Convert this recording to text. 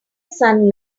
son